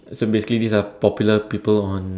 so basically these are popular people on